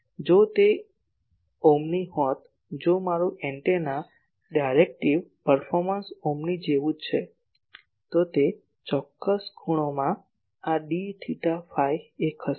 જો તે ઓમ્ની હોત જો મારું એન્ટેના ડાયરેક્ટિવ પર્ફોર્મન્સ ઓમ્ની જેવું જ છે તો તે ચોક્કસ ખૂણોમાં આ d થેટા ફાઈ 1 હશે